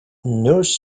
nurse